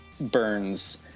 Burns